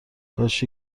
کاش